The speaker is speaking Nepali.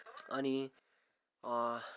अनि